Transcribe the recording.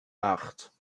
acht